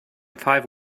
five